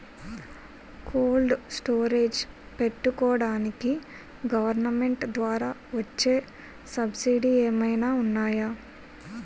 Cold storage పెట్టుకోడానికి government ద్వారా వచ్చే సబ్సిడీ ఏమైనా ఉన్నాయా?